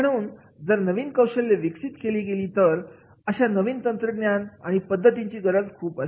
तर म्हणून जर नवीन कौशल्ये विकसित केली गेली तर अशा नवीन तंत्रज्ञान आणि पद्धतींची गरज खूप असेल